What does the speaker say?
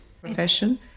profession